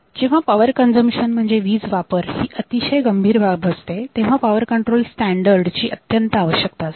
जेव्हा वीज वापर ही अतिशय गंभीर बाब असते तेव्हा पॉवर कंट्रोल स्टॅंडर्ड ची अत्यंत आवश्यकता असते